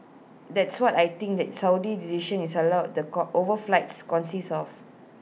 that's what I think that Saudi decision is allow the co overflights consists of